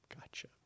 gotcha